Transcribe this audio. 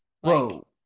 whoa